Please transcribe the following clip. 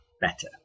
better